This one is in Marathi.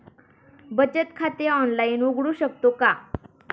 बचत खाते ऑनलाइन उघडू शकतो का?